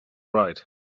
write